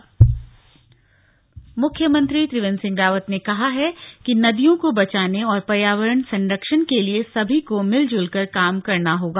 वृक्षारोपण मुख्यमंत्री त्रिवेन्द्र सिंह रावत ने कहा है कि नदियों को बचाने और पर्यावरण संरक्षण के लिए सभी को मिलजुल कर काम करना होगा